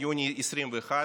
ביוני 2021,